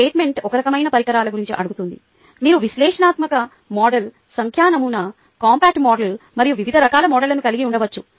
statement ఒకే రకమైన పరికరాల గురించి అడుగుతోంది మీరు విశ్లేషణాత్మక మోడల్ సంఖ్యా నమూనా కాంపాక్ట్ మోడల్ మరియు వివిధ రకాల మోడళ్లను కలిగి ఉండవచ్చు